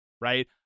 right